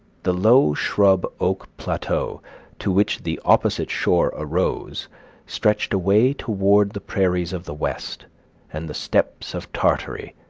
the low shrub oak plateau to which the opposite shore arose stretched away toward the prairies of the west and the steppes of tartary,